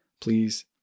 please